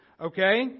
okay